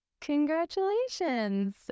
Congratulations